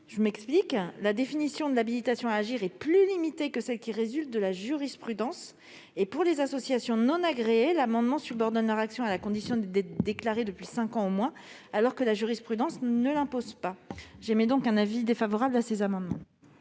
Je m'explique : la définition de l'habilitation à agir est plus limitée que celle qui résulte de la jurisprudence ; par ailleurs, pour les associations non agréées, l'amendement subordonne leur action à la condition d'être déclarées depuis cinq ans au moins, alors que la jurisprudence ne l'impose pas. J'émets donc un avis défavorable sur ces amendements.